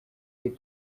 the